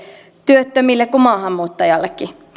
työttömille kuin maahanmuuttajillekin